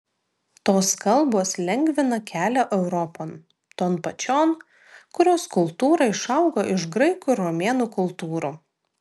tos kalbos lengvina kelią europon ton pačion kurios kultūra išaugo iš graikų ir romėnų kultūrų